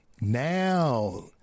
Now